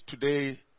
today